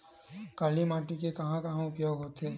काली माटी के कहां कहा उपयोग होथे?